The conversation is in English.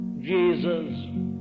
Jesus